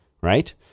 right